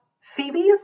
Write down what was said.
Phoebe's